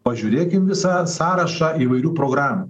pažiūrėkim visą sąrašą įvairių programų